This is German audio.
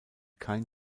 kein